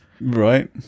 Right